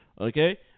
Okay